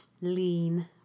lean